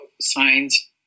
signs